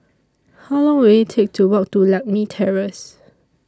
How Long Will IT Take to Walk to Lakme Terrace